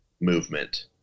movement